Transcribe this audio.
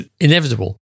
inevitable